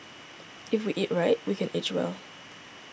if we can eat right we can age well